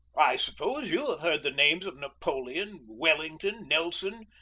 i suppose you have heard the names of napoleon, wellington, nelson,